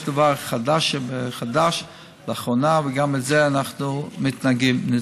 יש דבר חדש לאחרונה, וגם לזה אנחנו מתנגדים.